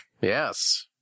Yes